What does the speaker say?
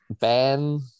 Ben